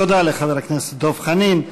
תודה לחבר הכנסת דב חנין.